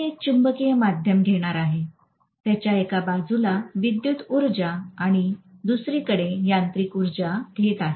मी एक चुंबकीय माध्यम घेणार आहे त्याच्या एका बाजूला विद्युत ऊर्जा आणि दुसरीकडे यांत्रिक ऊर्जा घेत आहे